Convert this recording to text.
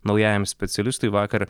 naujajam specialistui vakar